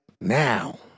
now